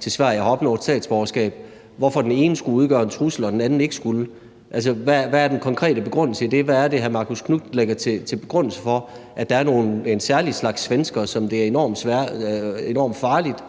som 2-årig og har opnået statsborgerskab. Hvorfor skulle den ene udgøre en trussel og den anden ikke? Altså, hvad er den konkrete begrundelse for det? Hvad er det, hr. Marcus Knuth lægger til grund for, at der er en særlig slags svensker, som det er enormt farligt